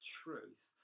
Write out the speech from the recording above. truth